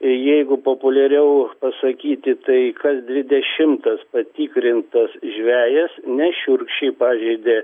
jeigu populiariau pasakyti tai kas dvidešimtas patikrintas žvejas nešiurkščiai pažeidė